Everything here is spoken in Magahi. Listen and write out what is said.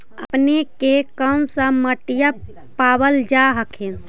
अपने के कौन सा मिट्टीया पाबल जा हखिन?